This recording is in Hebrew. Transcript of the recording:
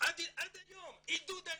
עד היום, עידוד עליה,